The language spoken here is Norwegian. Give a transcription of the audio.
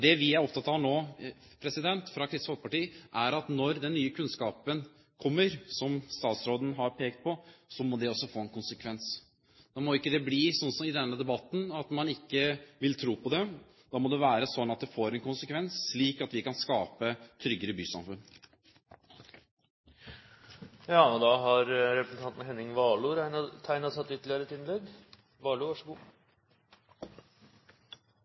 når vi skal diskutere trygghet i byene, men der inngår også rus, og der inngår også regulering av skjenketider. Det Kristelig Folkeparti er opptatt av nå, er at når den nye kunnskapen kommer, som statsråden har pekt på, må det få en konsekvens. Nå må det ikke bli slik, som i denne debatten, at man ikke vil tro på det. Da må det være sånn at det får en konsekvens, slik at vi kan skape tryggere bysamfunn. Jeg antar det er upopulært å ta ordet så